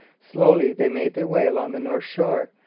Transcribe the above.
slowly they made their way along the north shore,